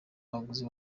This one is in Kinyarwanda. abaguzi